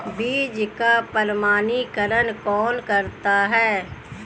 बीज का प्रमाणीकरण कौन करता है?